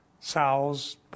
sows